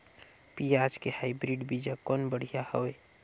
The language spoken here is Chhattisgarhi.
पियाज के हाईब्रिड बीजा कौन बढ़िया हवय?